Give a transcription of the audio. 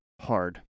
hard